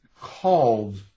called